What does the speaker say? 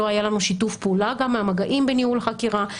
לא היה לנו שיתוף פעולה לגבי המגעים בניהול חקירה.